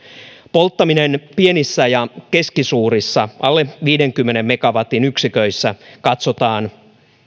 polttaminen pienissä ja keskisuurissa alle viidenkymmenen megawatin yksiköissä katsotaan